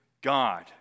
God